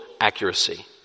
accuracy